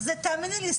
זה תאמיני לי,